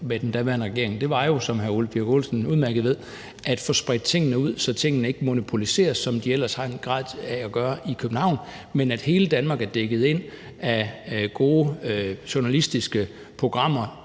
med den daværende regering, var jo, som hr. Ole Birk Olesen udmærket ved, at få spredt tingene, så tingene ikke monopoliseres, hvad de ellers har en tendens til at gøre i København, men at hele Danmark er dækket ind af gode journalistiske programmer